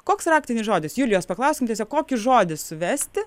koks raktinis žodis julijos paklauskim tiesiog kokį žodį suvesti